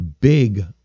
big